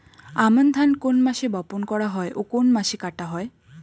আমন ধান কোন মাসে বপন করা হয় ও কোন মাসে কাটা হয়?